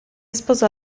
sposò